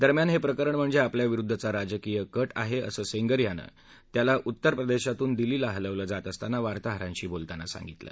दरम्यान हे प्रकरण म्हणजे आपल्याविरुद्धचा राजकीय कट आहे असं सेंगर यानं त्याला उत्तर प्रदेशातून दिल्लीला हलवलं जात असताना वार्ताहरांशी बोलताना सोंगितलं